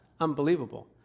unbelievable